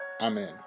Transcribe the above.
Amen